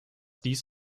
dies